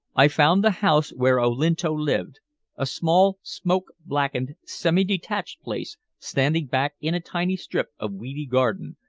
i found the house where olinto lived a small, smoke-blackened, semi-detached place standing back in a tiny strip of weedy garden,